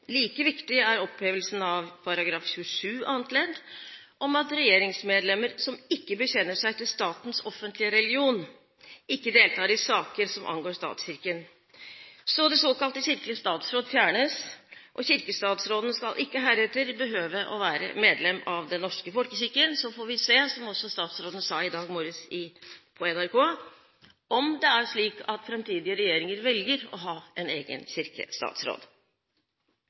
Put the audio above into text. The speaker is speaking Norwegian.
om at regjeringsmedlemmer som ikke bekjenner seg til statens offentlige religion, ikke deltar i saker som angår statskirken. Det såkalte kirkelige statsråd fjernes – og kirkestatsråden skal heretter ikke behøve å være medlem av den norske folkekirken. Så får vi se, som også statsråden sa i dag morges på NRK, om det er slik at framtidige regjeringer velger å ha en egen kirkestatsråd.